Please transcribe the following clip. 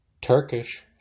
Turkish